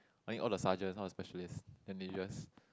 I think all the sergeant all the specialist then they just